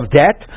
debt